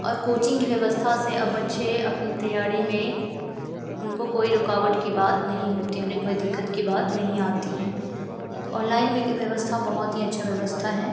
और कोचिंग की व्यवस्था से अब बच्चे अपनी तैयारी में उनको कोई रुकावट की बात नहीं होती है उन्हें कोई दिक़्क़त की बात नहीं आती है तो ऑनलाइन व्यवस्था बहुत ही अच्छा व्यवस्था है